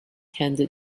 handed